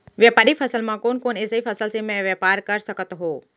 व्यापारिक फसल म कोन कोन एसई फसल से मैं व्यापार कर सकत हो?